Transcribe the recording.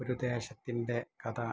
ഒരു ദേശത്തിൻ്റെ കഥ